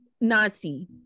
Nazi